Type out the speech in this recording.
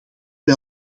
bij